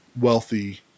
wealthy